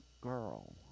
girl